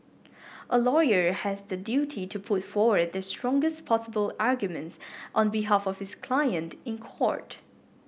a lawyer has the duty to put forward the strongest possible arguments on behalf of his client in court